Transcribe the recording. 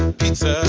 pizza